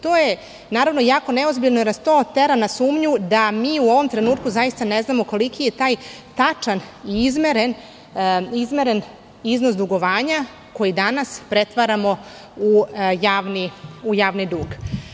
To je jako neozbiljno, jer nas to tera na sumnju da mi u ovom trenutku ne znamo koliki je taj tačan i izmeren iznos dugovanja koji danas pretvaramo u javni dug.